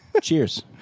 Cheers